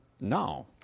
No